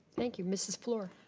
thank you. mrs. flor.